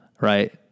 right